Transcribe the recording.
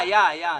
היה.